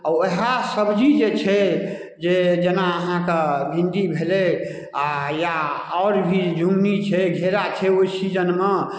अऽ ओएह सब्जी जे छै जे जेना अहाँके भिण्डी भेलै आओर या आओर भी झुङ्गनी छै घेरा छै ओइ सीजनमे